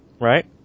right